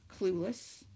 clueless